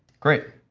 great.